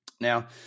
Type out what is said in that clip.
Now